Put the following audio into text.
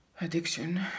addiction